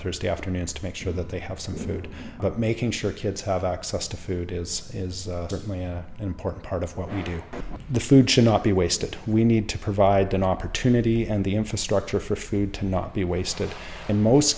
thursday afternoons to make sure that they have some food but making sure kids have access to food is is certainly an important part of what we do the food should not be wasted we need to provide an opportunity and the infrastructure for food to not be wasted in most